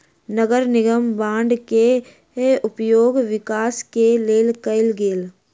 नगर निगम बांड के उपयोग विकास के लेल कएल गेल